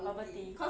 bubble tea